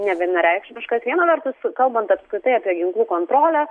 nevienareikšmiškas viena vertus kalbant apskritai apie ginklų kontrolę